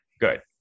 Good